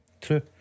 True